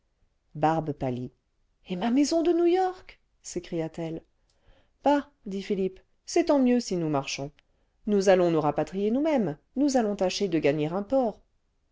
barbe pâlit ce et ma maison de new-york s'écria-t-elle bah dit philippe c'est tant mieux si nous marchons nous allons nous rapatrier nous-mêmes nous allons tâcher de gagner un port